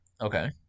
Okay